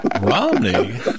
Romney